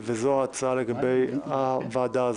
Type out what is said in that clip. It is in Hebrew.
וזו הצעה לגבי הוועדה הזאת.